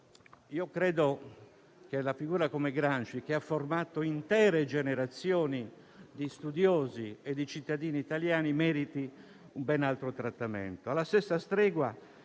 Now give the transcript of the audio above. Credo che una figura come Gramsci, che ha formato intere generazioni di studiosi e cittadini italiani, meriti ben altro trattamento.